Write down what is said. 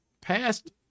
passed